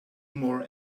more